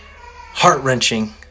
heart-wrenching